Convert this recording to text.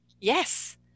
Yes